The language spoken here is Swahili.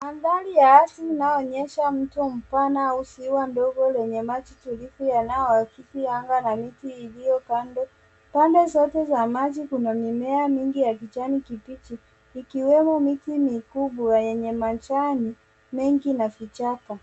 Mandhari ya asili inayoonyesha mto mpana au ziwa dogo lenye maji tulivu yanayoakisi anga na miti iliyo pande. Pande zote za maji kuna mimea mingi ya kijani kibichi ikiwemo miti mikubwa yenye majani mengi na vichaka.